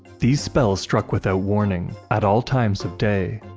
these spells struck without warning, at all times of day,